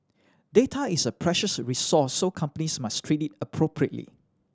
data is a precious resource so companies must treat it appropriately